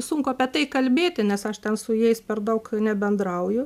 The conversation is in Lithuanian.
sunku apie tai kalbėti nes aš ten su jais per daug nebendrauju